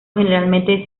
generalmente